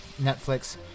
Netflix